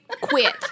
Quit